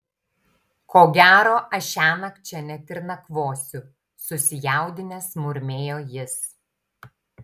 ko gero aš šiąnakt čia net ir nakvosiu susijaudinęs murmėjo jis